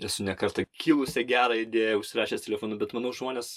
esu ne kartą kilusią gerą idėją užsirašęs telefonu bet manau žmonės